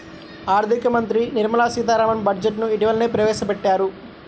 ఆర్ధిక మంత్రి నిర్మలా సీతారామన్ బడ్జెట్ ను ఇటీవలనే ప్రవేశపెట్టారు